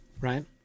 Right